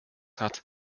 hat